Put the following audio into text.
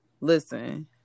Listen